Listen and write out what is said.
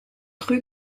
rue